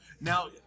now